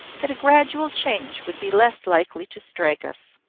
that a gradual change would be less likely to strike us.